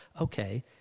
okay